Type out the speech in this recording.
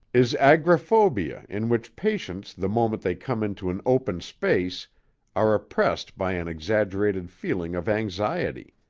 is agrophobia in which patients the moment they come into an open space are oppressed by an exaggerated feeling of anxiety.